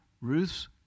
Ruth's